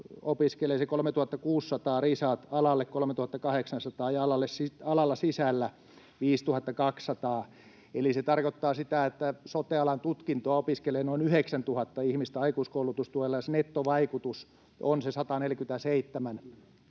opiskelee se 3 600 ja risat, alalle 3 800 ja alalla sisällä 5 200. Eli se tarkoittaa sitä, että sote-alan tutkintoa opiskelee noin 9 000 ihmistä aikuiskoulutustuella ja nettovaikutus on 147